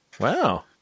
Wow